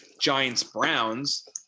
Giants-Browns